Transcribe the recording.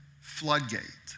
floodgate